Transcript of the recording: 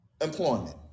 employment